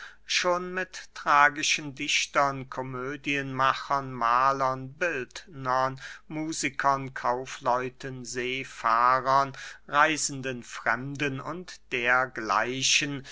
schon mit tragischen dichtern komödienmachern mahlern bildnern musikern kaufleuten seefahrern reisenden fremden und dergleichen